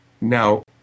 Now